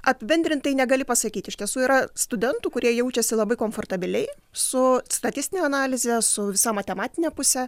apibendrintai negali pasakyt iš tiesų yra studentų kurie jaučiasi labai komfortabiliai su statistine analize su visa matematine puse